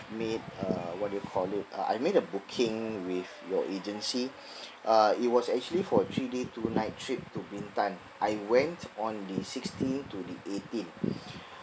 made a what do you call it uh I made a booking with your agency uh it was actually for three day two night trip to bintan I went on the sixteen to the eighteen